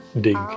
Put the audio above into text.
dig